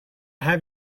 have